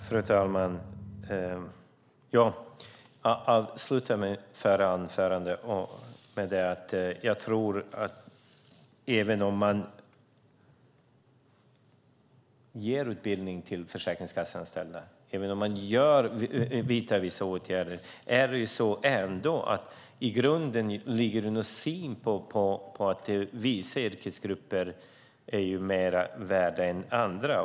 Fru talman! Jag avslutade mitt förra inlägg med att säga att jag tror att även om man ger utbildning till Försäkringskassans anställda, även om man vidtar vissa åtgärder, finns ändå i grunden synen att vissa yrkesgrupper är mer värda än andra.